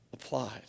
applied